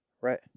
Right